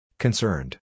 Concerned